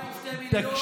מה עם שני מיליון?